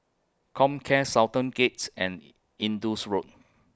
Comcare Sultan Gates and Indus Road